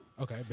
Okay